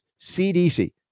CDC